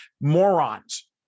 morons